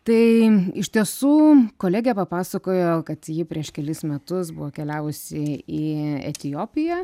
tai iš tiesų kolegė papasakojo kad ji prieš kelis metus buvo keliavusi į etiopiją